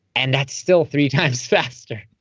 and that's still three times faster.